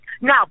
Now